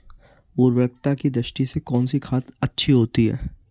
उर्वरकता की दृष्टि से कौनसी खाद अच्छी होती है?